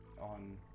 on